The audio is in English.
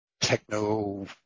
techno